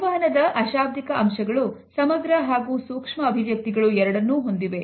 ಸಂವಹನದ ಅಶಾಬ್ದಿಕ ಅಂಶಗಳು ಸಮಗ್ರ ಹಾಗೂ ಸೂಕ್ಷ್ಮ ಅಭಿವ್ಯಕ್ತಿಗಳು ಎರಡನ್ನು ಹೊಂದಿವೆ